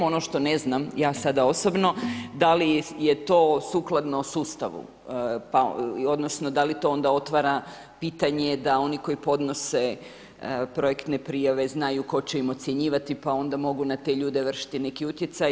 Ono što ne znam, ja sada osobno, da li je to sukladno sustavu, odnosno, da li to onda otvara pitanje, da oni koji podnose projektne prijave, znaju tko će im ocjenjivati, pa onda mogu na te ljude vršiti neki utjecaj.